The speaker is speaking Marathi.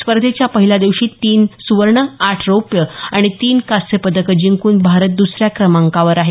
स्पर्धेच्या पहिल्या दिवशी तीन सुवर्ण आठ रौप्य आणि तीन कांस्य पदकं जिंकून भारत दसऱ्या क्रमाकावर आहे